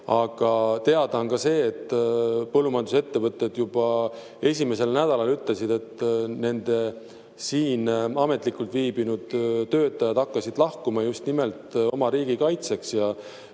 Aga teada on see, et põllumajandusettevõtted juba esimesel nädalal ütlesid, et nende siin ametlikult viibinud töötajad hakkasid lahkuma just nimelt oma riiki kaitsma.